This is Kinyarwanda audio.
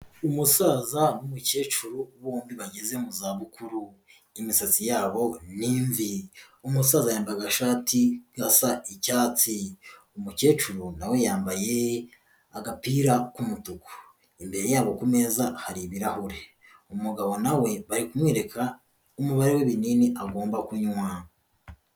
Umusaza n'umukecuru bombi bageze mu zabukuru, imisatsi yabo ni imvi, umusaza yambaye agashati gasa icyatsi, umukecuru nawe yambaye agapira k'umutuku, imbere yabo ku meza hari ibirahure, umugabo nawe bari kumwereka umubare w'ibinini agomba kunywa.